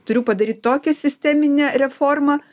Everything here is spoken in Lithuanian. turiu padaryt tokią sisteminę reformą